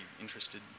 interested